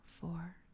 four